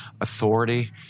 authority